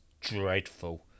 dreadful